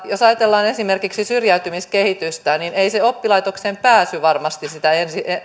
jos ajatellaan esimerkiksi syrjäytymiskehitystä niin ei se oppilaitokseen pääsy varmasti sitä